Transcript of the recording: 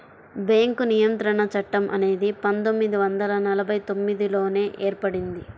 bank నియంత్రణ చట్టం అనేది పందొమ్మిది వందల నలభై తొమ్మిదిలోనే ఏర్పడింది